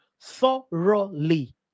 thoroughly